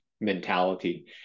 mentality